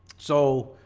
so